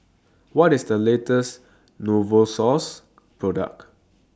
What IS The latest Novosource Product